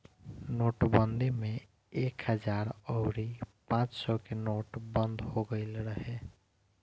नोटबंदी में एक हजार अउरी पांच सौ के नोट बंद हो गईल रहे